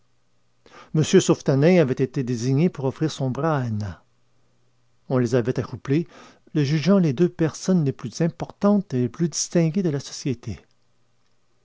m sauvetanin avait été désigné pour offrir son bras à anna on les avait accouplés les jugeant les deux personnes les plus importantes et les plus distinguées de la société